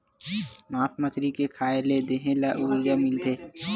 मास मछरी के खाए ले देहे ल उरजा मिलथे